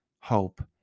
hope